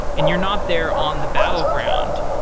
and you're not there on the battleground,